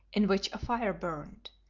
in which a fire burned,